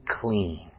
clean